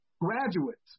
graduates